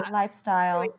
lifestyle